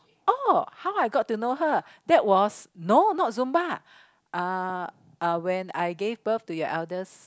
oh how I got to know her that was no not so zumba when I gave birth to your eldest